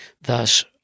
thus